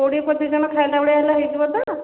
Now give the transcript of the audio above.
କୋଡ଼ିଏ ପଚିଶ ଜଣ ଖାଇଲା ଭଳିଆ ହେଲେ ହେଇଯିବ ତ